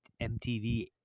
MTV